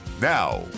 Now